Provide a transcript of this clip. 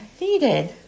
needed